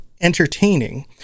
entertaining